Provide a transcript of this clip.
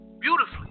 beautifully